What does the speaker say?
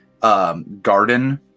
Garden